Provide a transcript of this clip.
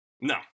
No